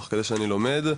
תוך כדי שאני לומד,